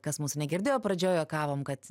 kas mūsų negirdėjo pradžioj juokavom kad